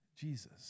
Jesus